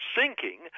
sinking